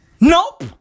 nope